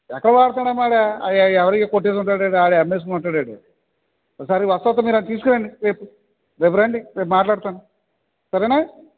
ఎక్కడ వాడుతున్నాడు అమ్మా వాడు ఏ ఎవరివో కొట్టేసి ఉంటాడు వాడు వాడివి అమ్మేసుకొని ఉంటాడు వాడు ఒకసారి వస్తాను వస్తాను మీరు వాడిని తీసుకురండి రేపు రేపు రండి రేపు మాట్లాడతాను సరేనా